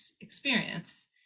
experience